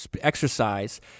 exercise